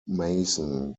mason